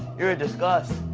you're a disgust.